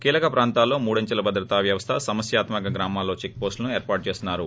కీలక ప్రాంతాల్లో మూడంచెల భద్రత వ్యవస్ల సమస్యాత్మక గ్రామాల్లో చెక్పోస్టులు ఏర్పాటు చేస్తున్నారు